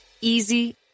easy